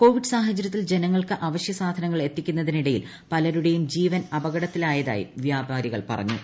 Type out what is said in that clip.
Covid സാഹചര്യത്തിൽ ജനങ്ങൾക്ക് അവശ്യ സാധനങ്ങൾ എത്തിക്കുന്നതിനിടയിൽ പലരുടേയും ജീവൻ അപകടത്തി ലായതായി വ്യാപാരികൾ പറഞ്ഞു